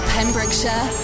Pembrokeshire